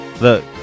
look